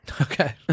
Okay